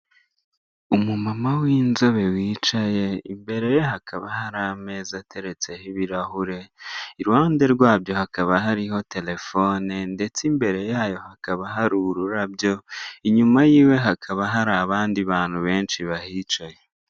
Umu mama w'inzobe wicaye, imbereye hakaba hari ameza ateretseho ibirahure, iruhande rwabyo hakaba hariho telefone, ndetse imbere yayo hakaba hari ururabyo, inyuma yiwe hakaba hari abandi bantu benshi bahicaye.